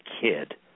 kid